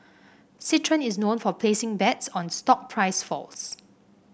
citron is known for placing bets on stock price falls